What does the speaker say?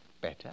better